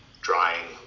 drying